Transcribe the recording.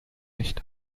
nicht